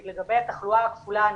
לגבי התחלואה הכפולה הנפשית.